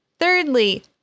Thirdly